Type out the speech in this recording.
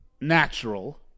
natural